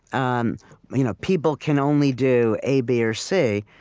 um you know people can only do a, b, or c,